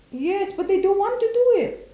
yes but they don't want to do it